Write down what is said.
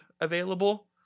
available